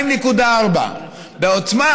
2.4. בעוצמה,